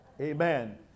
amen